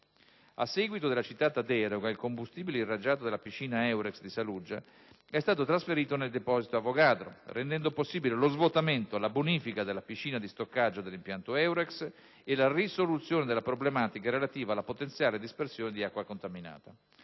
A seguito della citata deroga, il combustibile irraggiato dalla piscina Eurex di Saluggia è stato trasferito nel deposito Avogadro rendendo possibile lo svuotamento, la bonifica della piscina di stoccaggio dell'impianto Eurex e la risoluzione della problematica relativa alla potenziale dispersione di acqua contaminata.